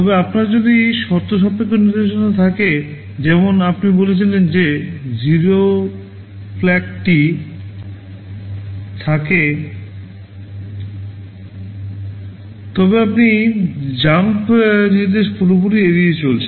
তবে আপনার যদি শর্তসাপেক্ষ নির্দেশনা থাকে যেমন আপনি বলেছেন যে 0 flag টি সেট করা থাকে তবে আপনি jump নির্দেশ পুরোপুরি এড়িয়ে চলেছেন